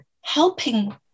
helping